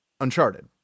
Uncharted